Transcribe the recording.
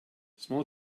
small